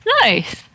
Nice